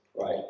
right